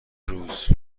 روز